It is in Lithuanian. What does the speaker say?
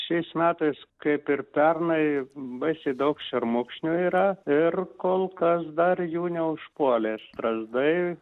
šiais metais kaip ir pernai baisiai daug šermukšnių yra ir kol kas dar jų neužpuolė strazdai